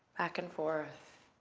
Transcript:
back and forth,